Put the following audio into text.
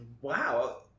Wow